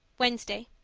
wednesday